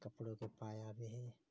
कपड़ोके पाइ आबै हइ